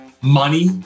Money